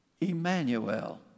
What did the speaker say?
Emmanuel